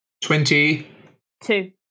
Twenty-two